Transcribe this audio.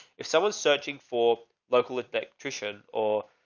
if someone's searching for local electrician or.